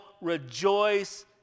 rejoice